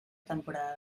temporada